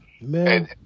Man